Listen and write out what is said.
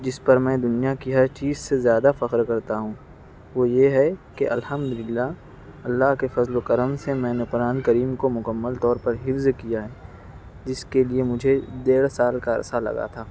جس پر میں دنیا کی ہر چیز سے زیادہ فخر کرتا ہوں وہ یہ ہے کہ الحمد اللہ اللہ کے فضل و کرم سے میں نے قرآن کریم کو مکمل طور پر حفظ کیا ہے جس کے لیے مجھے دیڑھ سال کا عرصہ لگا تھا